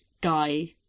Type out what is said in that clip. guy